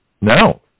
No